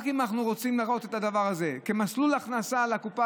רק אם אנחנו רוצים לראות את הדבר הזה כמסלול הכנסה לקופה